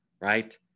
right